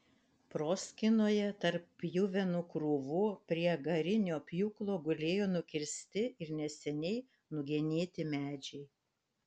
proskynoje tarp pjuvenų krūvų prie garinio pjūklo gulėjo nukirsti ir neseniai nugenėti medžiai